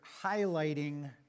highlighting